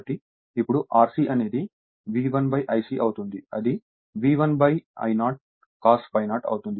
కాబట్టి ఇప్పుడు Rc అనేది V1 Ic అవుతుంది అది V1 I0 cos ∅0 అవుతుంది